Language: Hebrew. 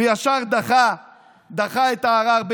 וישר דחה את הערר,